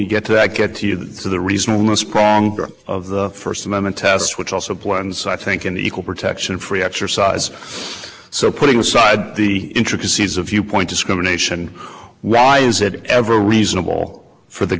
you get to that get to the reasonableness pronk of the first amendment test which also blends i think an equal protection free exercise so putting aside the intricacies of viewpoint discrimination why is it ever reasonable for the